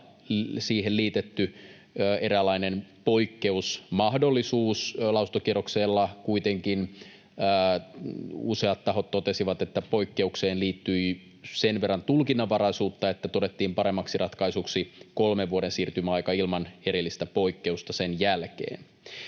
siihen liitetty eräänlainen poikkeusmahdollisuus. Lausuntokierroksella kuitenkin useat tahot totesivat, että poikkeukseen liittyi sen verran tulkinnanvaraisuutta, että todettiin paremmaksi ratkaisuksi kolmen vuoden siirtymäaika ilman erillistä poikkeusta sen jälkeen.